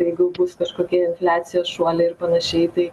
jeigu bus kažkokie infliacijos šuoliai ir panašiai tai